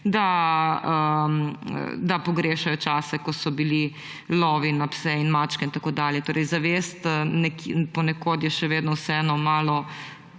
da pogrešajo čase, ko so bili lovi na pse in mačke in tako dalje. Zavest ponekod je še vedno vseeno malo,